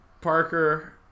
Parker